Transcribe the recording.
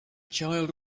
child